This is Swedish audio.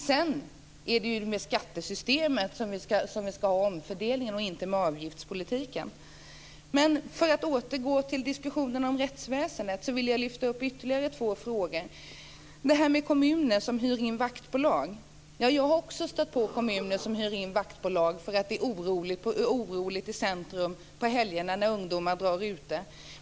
Sedan är det genom skattesystemet som det ska ske en omfördelning, inte genom avgiftspolitiken. För att återgå till diskussionen om rättsväsendet vill jag lyfta fram ytterligare två frågor. Jag har också stött på kommuner som hyr in vaktbolag därför att det är oroligt i centrum på helgerna när ungdomar drar omkring.